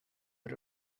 but